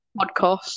podcast